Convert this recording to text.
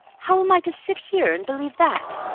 how am i to sit here and believe that?